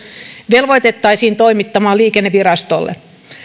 velvoitettaisiin toimittamaan liikennevirastolle